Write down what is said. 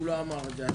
הוא לא אמר את זה.